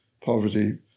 poverty